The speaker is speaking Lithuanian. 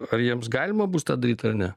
ar jiems galima bus tą daryt ar ne